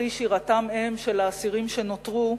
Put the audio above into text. וכי שירתם שלהם, של האסירים שנותרו,